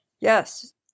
Yes